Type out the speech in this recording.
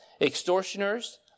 extortioners